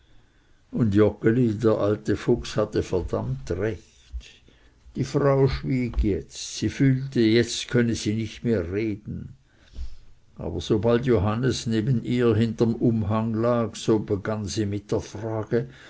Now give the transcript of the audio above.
und joggeli der alte fuchs hatte verdammt recht die frau schwieg jetzt sie fühlte jetzt könne sie nicht mehr reden aber sobald johannes neben ihr hinterem umhang lag so begann sie mit der frage